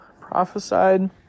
prophesied